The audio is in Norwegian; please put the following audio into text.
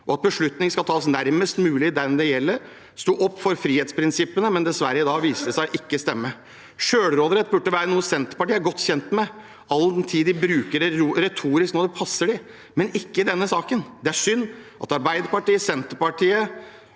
og at beslutninger skal tas nærmest mulig dem det gjelder, og at de står opp for frihetsprinsippene, men dessverre: I dag viser det seg ikke å stemme. Selvråderett burde være noe Senterpartiet er godt kjent med – all den tid de bruker det retorisk når det passer dem, men ikke i denne saken. Det er synd at Arbeiderpartiet, Senterpartiet